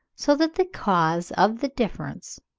so that the cause of the difference,